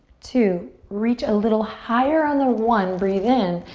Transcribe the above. two, reach a little higher. on the one, breathe in.